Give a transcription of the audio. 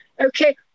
okay